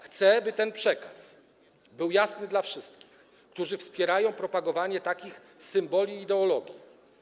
Chcę, by ten przekaz był jasny dla wszystkich, którzy wspierają propagowanie takich symboli ideologii.